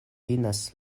finas